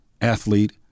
athlete